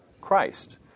Christ